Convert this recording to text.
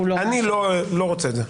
אני לא רוצה את זה.